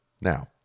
Now